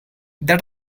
that